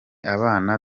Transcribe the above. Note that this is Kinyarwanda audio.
abana